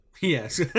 Yes